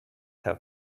have